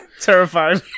Terrifying